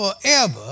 forever